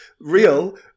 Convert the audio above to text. real